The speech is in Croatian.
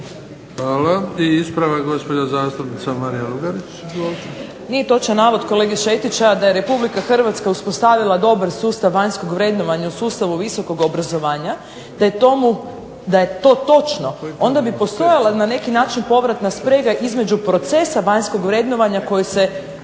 Marija Lugarić, izvolite. **Lugarić, Marija (SDP)** Nije točan navod kolege Šetića da je RH uspostavila dobar sustav vanjskog vrednovanja u sustavu visokog obrazovanju. Da je to točno onda bi postojala na neki način povratna sprega između procesa vanjskog vrednovanja koje se